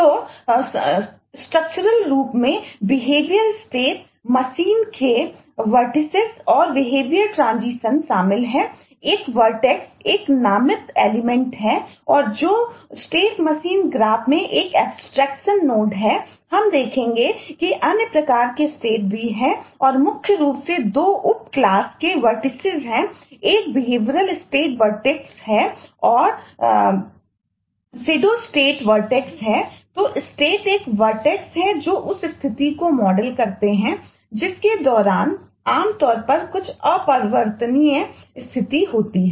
तो संरचनात्मक रूप में बिहेवियर स्टेट करता है जिसके दौरान आमतौर पर कुछ अपरिवर्तनीय स्थिति होती है